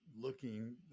looking